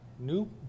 New